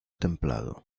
templado